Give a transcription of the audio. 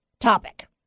topic